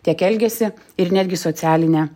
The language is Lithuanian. tiek elgesį ir netgi socialinę